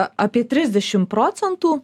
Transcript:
apie trisdešimt procentų